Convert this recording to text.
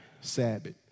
Sabbath